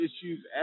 issues